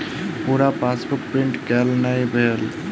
पूरा passbook print केल नहि भेल